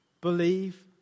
believe